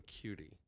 cutie